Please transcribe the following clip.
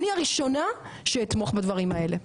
אני הראשונה שאתמוך בדברים האלה,